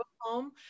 home